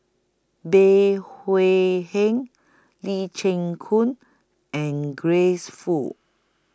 Bey Hui Heng Lee Chin Koon and Grace Fu